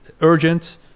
urgent